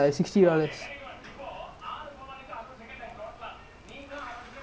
and anyway N_S everyone will get that shoe right the you know the blue and green something